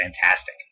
fantastic